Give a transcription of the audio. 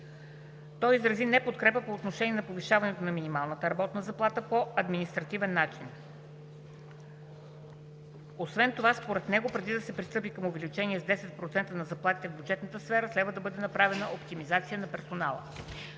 Той изрази неподкрепа по отношение на повишаването на минималната работна заплата по административен начин. Освен това според него преди да се пристъпи към увеличение с 10% на заплатите в бюджетната сфера, следва да бъде направена оптимизация на персонала.